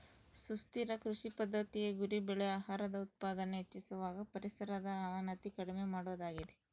ಸುಸ್ಥಿರ ಕೃಷಿ ಪದ್ದತಿಯ ಗುರಿ ಬೆಳೆ ಆಹಾರದ ಉತ್ಪಾದನೆ ಹೆಚ್ಚಿಸುವಾಗ ಪರಿಸರದ ಅವನತಿ ಕಡಿಮೆ ಮಾಡೋದಾಗಿದೆ